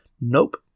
Nope